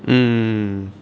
mm